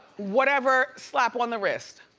whatever, slap on the wrist.